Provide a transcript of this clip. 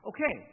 Okay